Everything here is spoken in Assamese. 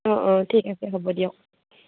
অঁ অঁ ঠিক আছে হ'ব দিয়ক